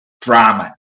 drama